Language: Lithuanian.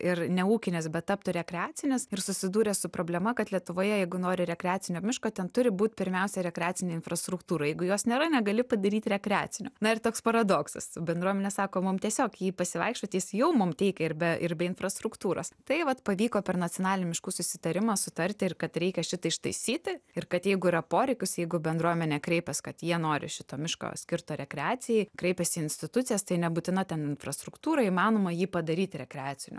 ir neūkinis bet taptų rekreacinis ir susidūrė su problema kad lietuvoje jeigu nori rekreacinio miško ten turi būt pirmiausia rekreacinė infrastruktūra jeigu jos nėra negali padaryti rekreaciniu na ir toks paradoksas bendruomenė sako mum tiesiog jį pasivaikščiot jis jau mum teikia ir be ir be infrastruktūros tai vat pavyko per nacionalinį miškų susitarimą sutarti ir kad reikia šitą ištaisyti ir kad jeigu yra poreikis jeigu bendruomenė kreipias kad jie nori šito miško skirto rekreacijai kreipiasi į institucijas tai nebūtina ten infrastruktūra įmanoma jį padaryti rekreaciniu